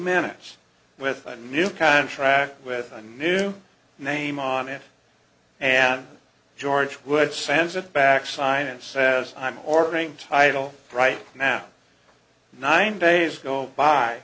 minutes with a new contract with a new name on it and george would sends it back sign and says i'm ordering title right now nine days go by